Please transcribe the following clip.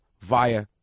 via